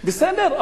בסדר,